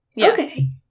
Okay